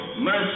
mercy